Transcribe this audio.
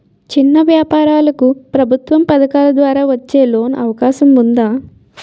చిన్న వ్యాపారాలకు ప్రభుత్వం పథకాల ద్వారా వచ్చే లోన్ అవకాశం ఉందా?